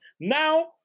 Now